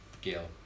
Gail